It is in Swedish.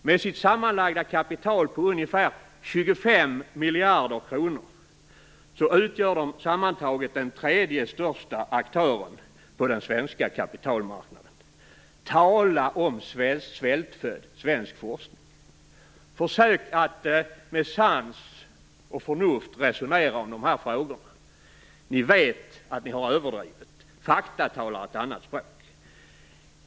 Med sitt sammanlagda kapital på ca 25 miljarder kronor utgör de sammantaget den tredje största aktören på den svenska kapitalmarknaden. Tala om svältfödd svensk forskning! Försök att resonera om dessa frågor med sans och förnuft! Ni vet att ni har överdrivit. Fakta talar ett annat språk.